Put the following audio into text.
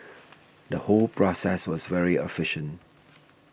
the whole process was very efficient